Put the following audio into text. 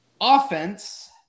offense